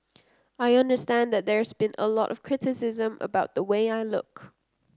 I understand that there's been a lot of criticism about the way I look